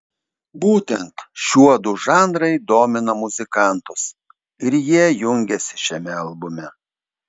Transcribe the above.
būtent šiuodu žanrai domina muzikantus ir jie jungiasi šiame albume